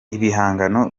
ibihangano